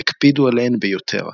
והקפידו עליהן ביותר.